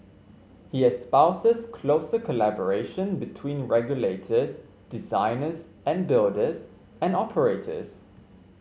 he espouses closer collaboration between regulators designers and builders and operators